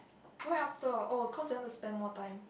why after oh cause you want to spend more time